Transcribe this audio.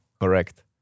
correct